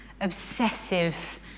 obsessive